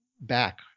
back